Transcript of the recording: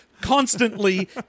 Constantly